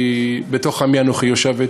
אני, "בתוך עמי אנוכי יושבת".